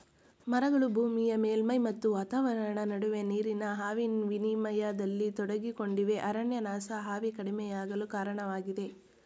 ಮರಗಳು ಭೂಮಿಯ ಮೇಲ್ಮೈ ಮತ್ತು ವಾತಾವರಣ ನಡುವೆ ನೀರಿನ ಆವಿ ವಿನಿಮಯದಲ್ಲಿ ತೊಡಗಿಕೊಂಡಿವೆ ಅರಣ್ಯನಾಶ ಆವಿ ಕಡಿಮೆಯಾಗಲು ಕಾರಣವಾಗಿದೆ